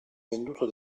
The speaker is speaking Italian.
venduto